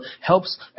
helps